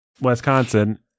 wisconsin